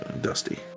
Dusty